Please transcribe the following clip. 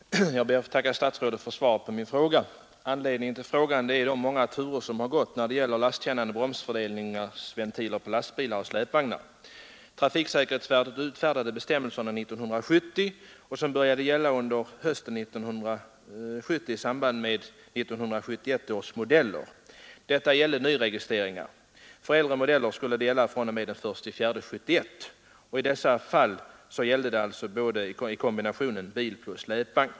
Om slopande av kra Herr talman! Jag ber att få tacka statsrådet för svaret på min fråga. vet på bromseffekt Anledningen till frågan är de många turer som gått när det gäller fördelande ventiler lastkännande, bromseffektfördelande ventiler på lastbilar och släpvagnar. för lastbilar Trafiksäkerhetsverket utfärdade bestämmelserna 1970, och de började gälla under hösten 1970 för 1971 års modeller. Detta gällde alltså nyregistreringar. För äldre modeller började de gälla den 1 april 1971, och i det fallet gällde de kombinationen bil plus släpvagn.